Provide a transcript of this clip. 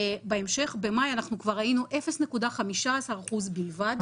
בהמשך, במאי, ראינו כבר 0.15% בלבד.